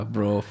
Bro